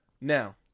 Now